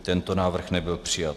Tento návrh nebyl přijat.